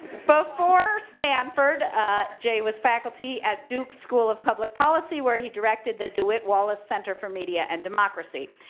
before stanford jay was faculty at duke school of public policy where he directed the dewitt wallace center for media and democracy.